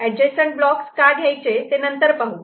adjacent blocks का घ्यायचे ते नंतर पाहू